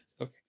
okay